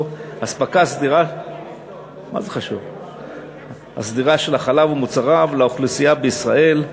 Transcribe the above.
ואספקה סדירה של חלב ומוצריו לאוכלוסייה בישראל,